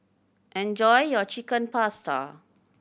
enjoy your Chicken Pasta